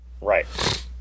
right